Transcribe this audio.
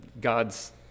God's